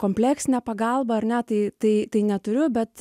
kompleksinę pagalbą ar ne tai tai tai neturiu bet